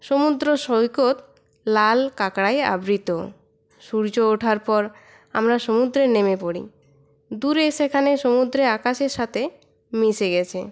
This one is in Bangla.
সমুদ্র সৈকত লাল কাঁকড়ায় আবৃত সূর্য ওঠার পর আমরা সমুদ্রে নেমে পড়ি দূরে সেখানে সমুদ্রে আকাশের সাথে মিশে গেছে